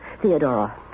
Theodora